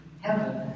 heaven